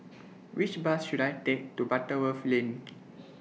Which Bus should I Take to Butterworth Lane